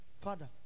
father